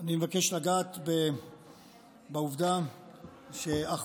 אני מבקש לגעת בעובדה שהכפפת